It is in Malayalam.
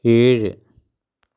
ഏഴ്